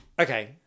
Okay